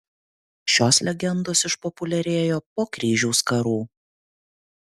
šios legendos išpopuliarėjo po kryžiaus karų